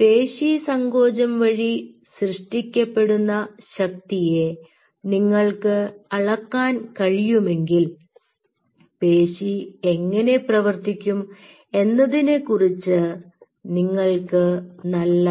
പേശീ സങ്കോചം വഴി സൃഷ്ടിക്കപ്പെടുന്ന ശക്തിയെ നിങ്ങൾക്ക് അളക്കാൻ കഴിയുമെങ്കിൽ പേശി എങ്ങനെ പ്രവർത്തിക്കും എന്നതിനെക്കുറിച്ച് നിങ്ങൾക്ക് നല്ല